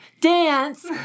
Dance